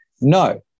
No